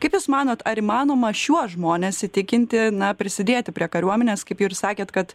kaip jūs manot ar įmanoma šiuos žmones įtikinti na prisidėti prie kariuomenės kaip jau ir sakėt kad